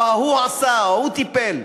או "ההוא עשה" או "ההוא טיפל".